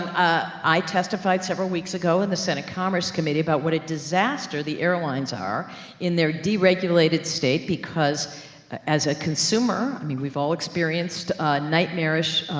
ah, i testified several weeks ago in the senate commerce committee about what a disaster the airlines are in their deregulated state, because as a consumer, i mean, we've all experienced nightmarish,